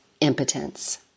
impotence